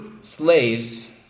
slaves